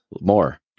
More